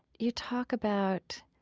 you talk about